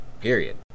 period